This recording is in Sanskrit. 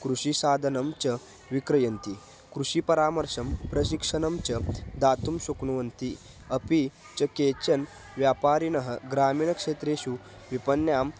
कृषिसाधनानि च विक्रयन्ति कृषिपरामर्शं प्रशिक्षणं च दातुं शक्नुवन्ति अपि च केचन व्यापारिणः ग्रामीणक्षेत्रेषु विपण्यां